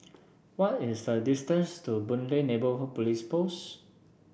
what is the distance to Boon Lay Neighbourhood Police Post